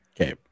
Okay